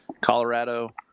Colorado